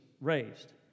raised